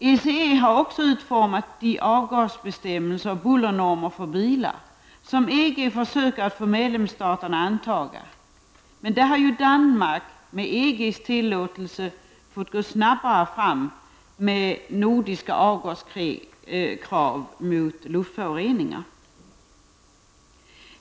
ECE har också utformat de avgasbestämmelser och bullernormer för bilar som EG försöker få medlemsstaterna att anta, men Danmark har med EGs tillåtelse fått gå snabbare fram med nordiska avgaskrav mot luftföroreningar.